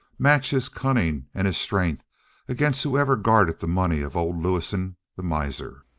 match his cunning and his strength against whoever guarded the money of old lewison, the miser.